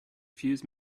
fuse